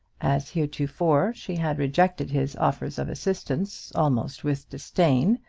as heretofore she had rejected his offers of assistance almost with disdain,